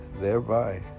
thereby